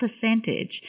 percentage